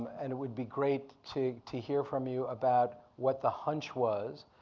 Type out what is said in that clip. and would be great to to hear from you about what the hunch was,